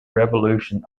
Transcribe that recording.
revolution